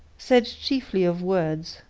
said chiefly of words.